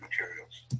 materials